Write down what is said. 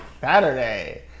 Saturday